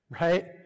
right